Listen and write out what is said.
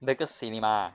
那个 cinema ah